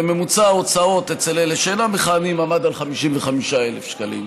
וממוצע ההוצאות אצל אלה שאינם מכהנים עמד על 55,000 שקלים.